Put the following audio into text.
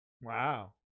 Wow